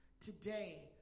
today